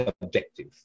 objective